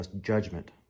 judgment